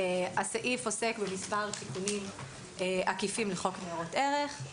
הסעיף עוסק במספר תיקונים עקיפים לחוק ניירות ערך.